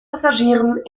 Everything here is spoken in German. passagieren